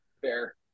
fair